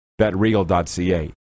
BetReal.ca